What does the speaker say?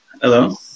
Hello